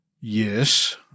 yes